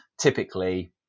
typically